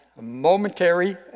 momentary